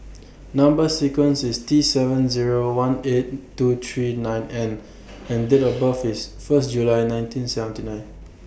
Number sequence IS T seven Zero one eight two three nine N and Date of birth IS First July nineteen seventy nine